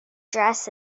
dress